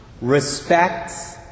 respects